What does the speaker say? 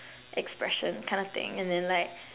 expression kind of thing and then like